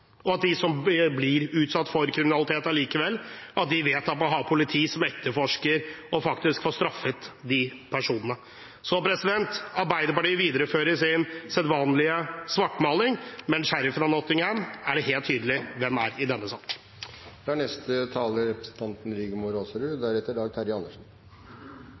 kriminalitet, vet at man har politi som etterforsker og faktisk får straffet de personene. Arbeiderpartiet viderefører sin sedvanlige svartmaling, men sheriffen av Nottingham er det helt tydelig hvem som er i denne